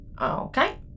Okay